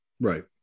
Right